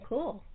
Cool